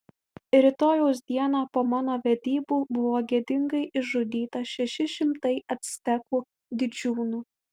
rytojaus dieną po mano vedybų buvo gėdingai išžudyta šeši šimtai actekų didžiūnų